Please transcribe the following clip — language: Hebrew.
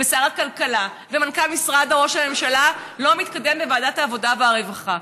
שר הכלכלה ומנכ"ל משרד ראש הממשלה הוא לא מתקדם בוועדת העבודה והרווחה.